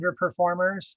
underperformers